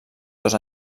dos